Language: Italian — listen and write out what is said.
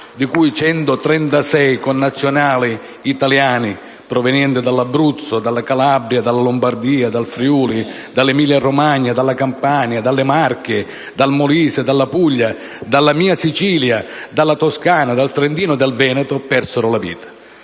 di cui 136 connazionali italiani provenienti dall'Abruzzo, dalla Calabria, dalla Lombardia, dal Friuli, dall'Emilia-Romagna, dalla Campania, dalle Marche, dal Molise, dalla Puglia, dalla mia Sicilia, dalla Toscana, dal Trentino e dal Veneto. Vogliamo